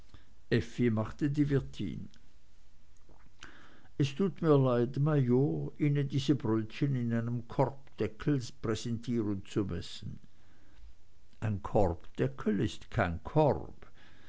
machte die wirtin es tut mir leid major ihnen diese brötchen in einem korbdeckel präsentieren zu müssen ein korbdeckel ist kein korb